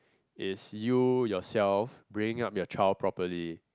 is you yourself bringing up your child properly